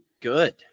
good